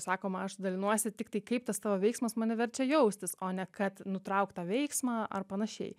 sakoma aš dalinuosi tiktai kaip tas tavo veiksmas mane verčia jaustis o ne kad nutraukt tą veiksmą ar panašiai